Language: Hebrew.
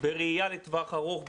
בראיה לטווח ארוך,